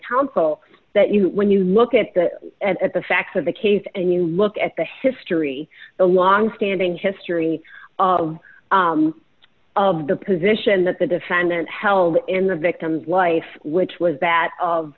counsel that you when you look at the at the facts of the case and you look at the history the longstanding history of of the position that the defendant held in the victim's life which was that